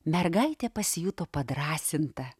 mergaitė pasijuto padrąsinta